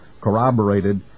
corroborated